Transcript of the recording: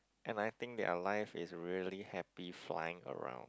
and I think their life is really happy flying around